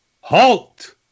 halt